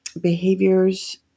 behaviors